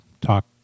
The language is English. talk